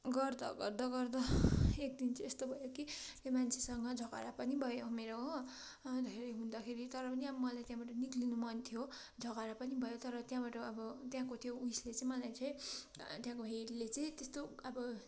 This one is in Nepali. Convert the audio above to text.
गर्दा गर्दा गर्दा एक दिन चाहिँ यस्तो भयो कि त्यो मान्छेसँग झगडा पनि भयो मेरो हो अन्तखेरि हुँदाखेरि तर पनि मलाई त्यहाँबाट निस्कनु मन थियो झगडा पनि भयो तर त्यहाँबाट अब त्यहाँको त्यो उयसले चाहिँ मलाई चाहिँ त्यहाँको हेडले चाहिँ त्यस्तो अब